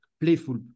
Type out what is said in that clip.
playful